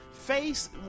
face